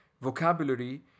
vocabulary